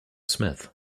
smith